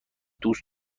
دوست